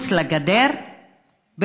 מחוץ לגדר,